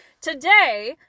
Today